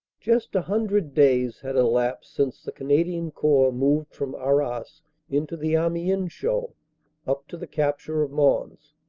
just a hundred days had elapsed since the canadian corps moved from arras into the amiens show up to the capture of mons.